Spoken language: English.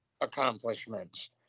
accomplishments